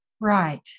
Right